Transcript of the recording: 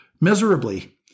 miserably